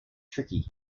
tricky